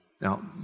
Now